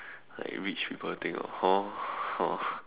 like rich people thing orh hor hor